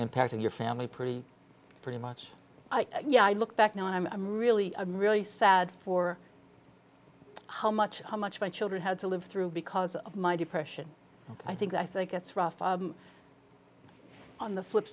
impacting your family pretty pretty much yeah i look back now and i'm really i'm really sad for how much how much my children had to live through because of my depression i think i think it's rough on the flip